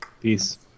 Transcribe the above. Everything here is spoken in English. Peace